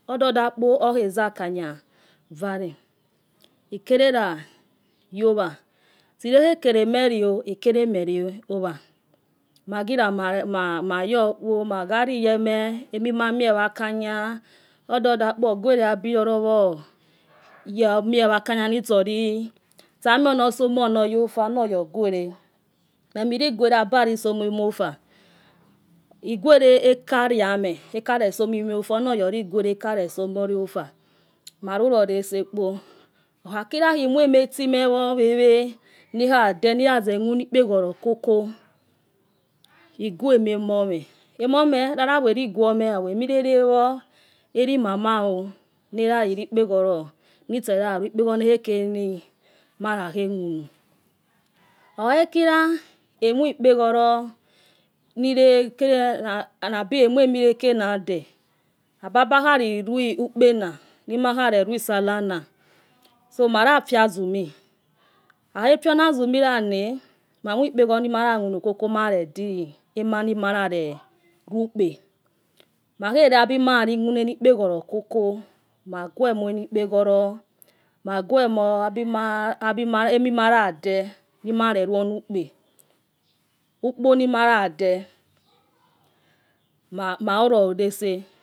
Ododakpo ohozi akanya uare. ikolelo yowa, itse lekua kalemare oh eketemere wa. magila. magokpo. makhaliyeme, emi mamie wa akanya. ododakpo oguare abilo nue akanya nilsole. itsa mionosomoonoya fa. oguare memehologuare. aba somemofa eguare ekariame. okare, sominofa onoya oliguare akale. smolosa. malucole sakpo, okuhakia. emuama time wo whewk niyade. noyaze munzekpekolor kolco eguanis momo, eliguomegwomulalawo eumama osnilelale re- ekpeuotor lau okuhakhokila omue. ekpeholor nabi emuamilagelenade nabayo khali lo ukphe na. nabakhọhw. sallanna so maya, fwa azumi. akha fluo na azumi lana. mamuo egekpeholor nima. yoha munokoko. makuellabi inaholo muno la ccolco magueme eni ekpokolor, maguomor emi ma yade nimaagarr lou unh kph nima rade maubo.